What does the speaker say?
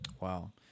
Wow